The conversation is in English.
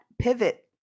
pivot